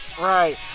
right